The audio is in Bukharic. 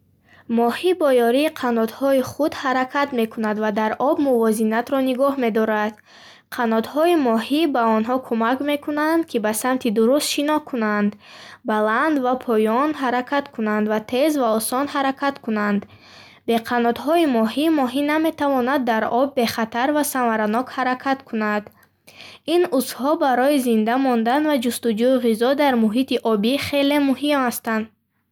Моҳӣ бо ёрии қанотҳои худ ҳаракат мекунад ва дар об мувозинатро нигоҳ медорад. Қанотҳои моҳӣ ба онҳо кӯмак мекунанд, ки ба самти дуруст шино кунанд, баланд ва поён ҳаракат кунанд ва тез ва осон ҳаракат кунанд. Бе қанотҳои моҳӣ моҳӣ наметавонад дар об бехатар ва самаранок ҳаракат кунад. Ин узвҳо барои зинда мондан ва ҷустуҷӯи ғизо дар муҳити обӣ хеле муҳим ҳастанд.